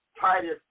Titus